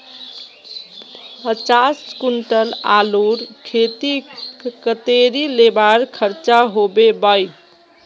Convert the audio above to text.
पचास कुंटल आलूर केते कतेरी लेबर खर्चा होबे बई?